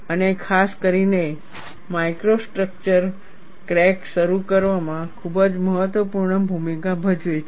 અને ખાસ કરીને માઇક્રો સ્ટ્રક્ચર ક્રેક શરૂ કરવામાં ખૂબ જ મહત્વપૂર્ણ ભૂમિકા ભજવે છે